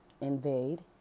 invade